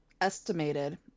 estimated